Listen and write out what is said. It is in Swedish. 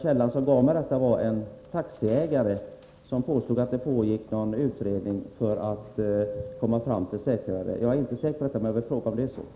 Källan till den uppgiften är en taxiägare, som påstod att det pågick någon utredning för att komma fram till säkrare förhållanden. Jag är inte säker på att det är riktigt och vill fråga om det är så.